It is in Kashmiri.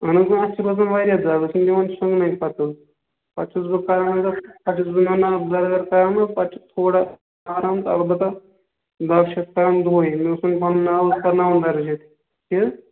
اہن حظ آ اَتھ چھِ باسان واریاہ دَگ یہِ چھِنہٕ دِوان شوٚنٛگنَے پَتہٕ حظ پَتہٕ چھُس بہٕ کَران پَتہٕ چھُس بہٕ نُنہٕ آب گَرٕگَر کَران پَتہٕ چھِ تھوڑا آرام تہٕ البتہ دگ چھَس کَران دوٚہَے مےٚ اوس وَنہِ پَنُن ناو حظ کَرناوُن درٕج اَتہِ کیٛاہ حظ